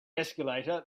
escalator